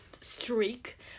streak